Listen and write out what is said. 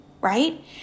right